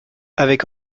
avec